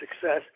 success